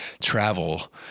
travel